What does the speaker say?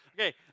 Okay